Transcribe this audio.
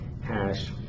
hash